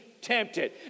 tempted